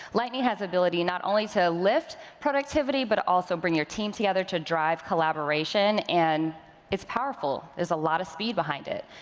lightning has the ability, not only to lift productivity, but also bring your team together to drive collaboration, and it's powerful, there's a lot of speed behind it.